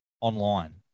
online